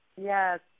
yes